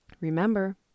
Remember